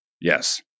Yes